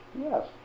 Yes